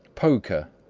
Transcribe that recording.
poker,